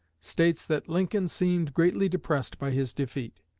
states that lincoln seemed greatly depressed by his defeat,